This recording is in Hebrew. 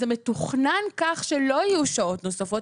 זה מתוכנן כך שלא יהיו שעות נוספות.